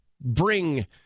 bring